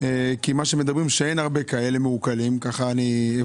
כי מדברים על זה שאין הרבה מעוקלים, ככה הבנתי.